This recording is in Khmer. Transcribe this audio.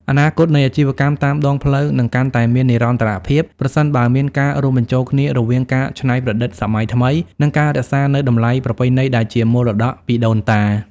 អនាគតនៃអាជីវកម្មតាមដងផ្លូវនឹងកាន់តែមាននិរន្តរភាព ប្រសិនបើមានការរួមបញ្ចូលគ្នារវាងការច្នៃប្រឌិតសម័យថ្មី និងការរក្សានូវតម្លៃប្រពៃណីដែលជាមរតកពីដូនតា។